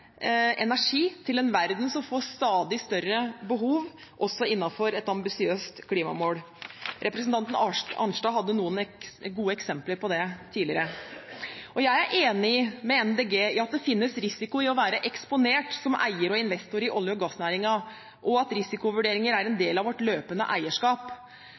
energi til en verden som får stadig større behov, også innenfor et ambisiøst klimamål. Representanten Arnstad hadde noen gode eksempler på det tidligere. Jeg er enig med MDG i at det finnes risiko i å være eksponert som eier og investor i olje- og gassnæringen, og at risikovurderinger er en del av vårt løpende eierskap.